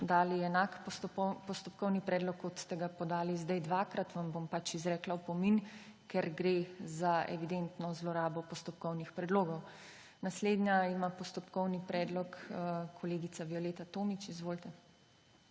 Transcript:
dali enak postopkovni predlog, kot ste ga podali zdaj dvakrat, vam bom pač izrekla opomin, ker gre za evidentno zlorabo postopkovnih predlogov. Naslednja ima postopkovni predlog kolegica Violeta Tomić. Izvolite.